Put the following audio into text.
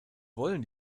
wollen